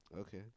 Okay